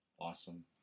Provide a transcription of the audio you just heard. Awesome